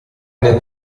nel